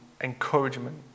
encouragement